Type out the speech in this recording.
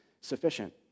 sufficient